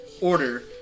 order